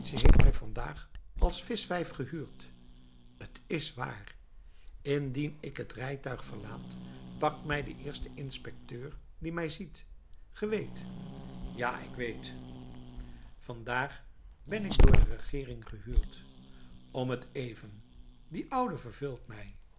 heeft mij vandaag als vischwijf gehuurd t is waar indien ik het rijtuig verlaat pakt mij de eerste inspecteur die mij ziet ge weet ja ik weet vandaag ben ik door de regeering gehuurd om t even die oude verveelt mij